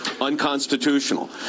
unconstitutional